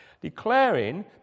declaring